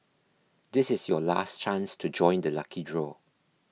this is your last chance to join the lucky draw